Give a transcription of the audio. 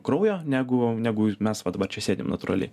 kraujo negu negu mes vat va čia sėdim natūraliai